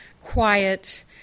quiet